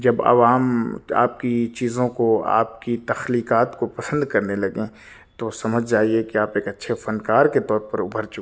جب عوام آپ کی چیزوں كو آپ کی تخلیقات کو پسند کرنے لگیں تو سمجھ جائیے کہ آپ ایک اچھے فن کار کے طور پر ابھر چکے ہیں